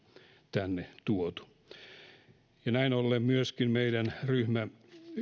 tänne tuotu näin ollen myöskin meidän ryhmämme